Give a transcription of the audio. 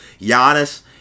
Giannis